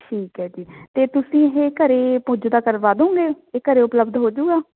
ਠੀਕ ਹੈ ਜੀ ਅਤੇ ਤੁਸੀਂ ਇਹ ਘਰ ਪੁੱਜਦਾ ਕਰਵਾ ਦੋਂਗੇ ਇਹ ਘਰੇ ਉਪਲਬਧ ਹੋ ਜਾਊਗਾ